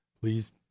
please